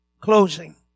Closing